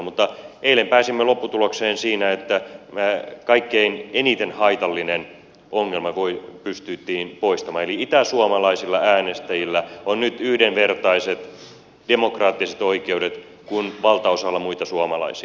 mutta eilen pääsimme lopputulokseen siinä että kaikkein eniten haitallinen ongelma pystyttiin poistamaan eli itäsuomalaisilla äänestäjillä on nyt yhdenvertaiset demokraattiset oikeudet kuin valtaosalla muita suomalaisia